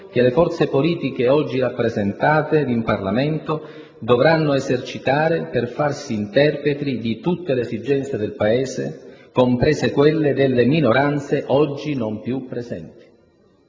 che le forze politiche oggi rappresentate in Parlamento dovranno esercitare per farsi interpreti di tutte le esigenze del Paese, comprese quelle delle minoranze oggi non più presenti.